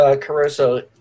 Caruso